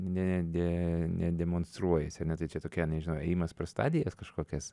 nede nedemonstruojasi ar ne tai tokie nežinau ėjimas prie stadijos kažkokios